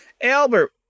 Albert